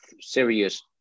serious